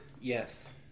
Yes